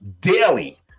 daily